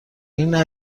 این